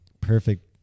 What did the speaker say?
perfect